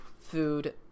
food